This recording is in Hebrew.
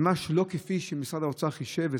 וממש לא כפי שמשרד האוצר חישב,